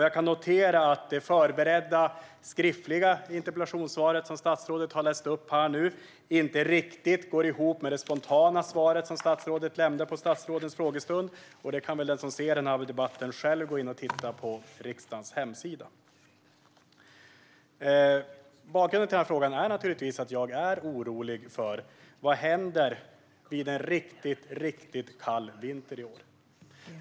Jag kan notera att det förberedda skriftliga interpellationssvaret som statsrådet har läst upp här inte riktigt går ihop med det spontana svaret han gav på frågestunden. Den som vill se debatten kan själv gå in och titta på riksdagens hemsida. Bakgrunden till frågan är naturligtvis att jag är orolig för vad som händer vid en riktigt kall vinter.